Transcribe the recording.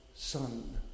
Son